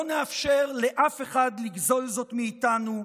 לא נאפשר לאף אחד לגזול זאת מאיתנו,